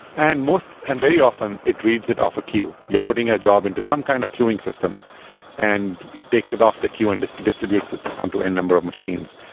and most and very often, it reads it off a queue. you're putting a job into some kind of queuing system and it takes it off the queue and distributes on to a number of machines.